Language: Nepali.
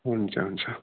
हुन्छ हुन्छ